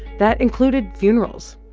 that included funerals.